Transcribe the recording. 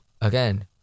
again